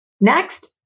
Next